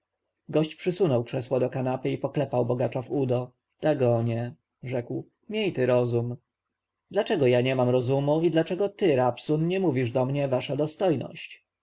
gość przysunął krzesło do kanapy i poklepał bogacza w udo dagonie rzekł miej ty rozum dlaczego ja nie mam rozumu i dlaczego ty rabsun nie mówisz do mnie wasza dostojność